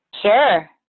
Sure